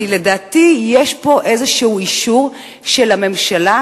כי לדעתי יש פה איזה אישור של הממשלה,